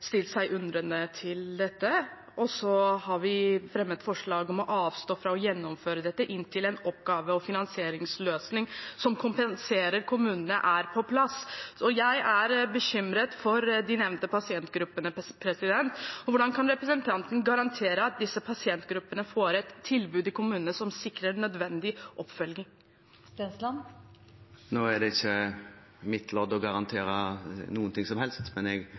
fremmet forslag om å avstå fra å gjennomføre dette inntil en oppgave- og finansieringsløsning som kompenserer kommunene, er på plass. Jeg er bekymret for de nevnte pasientgruppene. Hvordan kan representanten garantere at disse pasientgruppene får et tilbud i kommunene som sikrer nødvendig oppfølging? Nå er det ikke mitt lodd å garantere noe som helst, men jeg